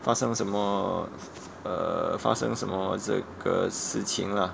发生什么 err 发生什么这个事情 lah